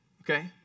okay